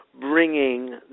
bringing